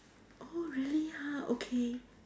oh really ha okay